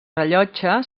rellotge